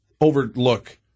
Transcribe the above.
overlook